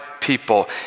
people